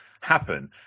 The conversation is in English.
happen